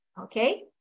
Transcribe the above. okay